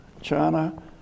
China